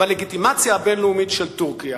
אתנו חשבון על אותה תמונה מביכה בטלוויזיה ובתקשורת.